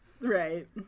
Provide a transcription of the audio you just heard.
Right